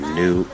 new